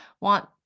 want